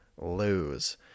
lose